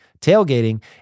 tailgating